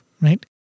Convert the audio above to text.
right